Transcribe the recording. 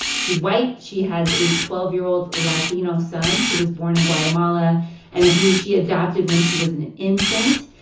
she's white. she has a twelve year old latino son who was born in guatemala and who she adopted when he was an an infant.